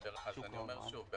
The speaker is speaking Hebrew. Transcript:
אני אומר שוב,